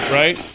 right